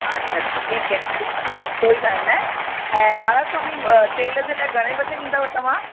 अछा अछा ठीकु आहे कोई कोई कोई ॻाल्हि नाहे ऐं महाराज स्वामी तेल जे लाइ घणे बजे ईंदव तव्हां